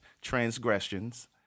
transgressions